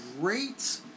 great